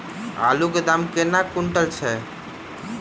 आलु केँ दाम केना कुनटल छैय?